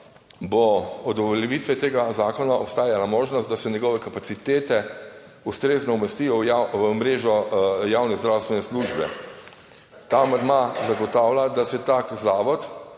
bo od uveljavitve tega zakona obstajala možnost, da se njegove kapacitete ustrezno umestijo v mrežo javne zdravstvene službe. Ta amandma zagotavlja, da se tak zavod,